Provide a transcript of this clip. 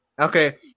okay